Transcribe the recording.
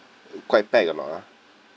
quite packed or not ah